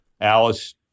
Alice